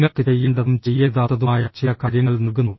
നിങ്ങൾക്ക് ചെയ്യേണ്ടതും ചെയ്യരുതാത്തതുമായ ചില കാര്യങ്ങൾ നൽകുന്നു